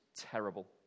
terrible